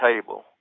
table